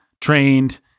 trained